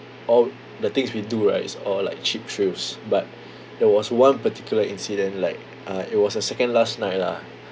all the things we do right is all like cheap thrills but there was one particular incident like uh it was a second last night lah